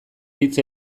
hitz